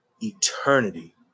eternity